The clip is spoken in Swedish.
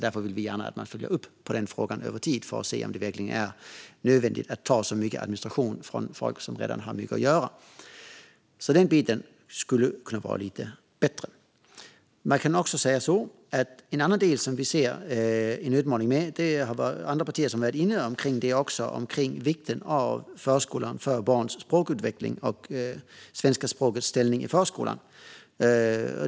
Därför vill vi gärna att man följer upp den frågan över tid för att se om det verkligen är nödvändigt att ta så mycket tid till administration från folk som redan har mycket att göra. Den biten skulle kunna vara lite bättre. En annan del som vi ser en utmaning med, vilket andra partier också varit inne på, är förskolans betydelse för barns språkutveckling och svenska språkets ställning i förskolan.